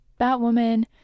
batwoman